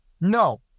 no